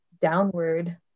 downward